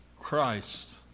Christ